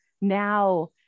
now